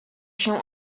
się